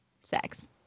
sex